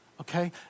okay